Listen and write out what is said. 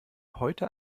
heute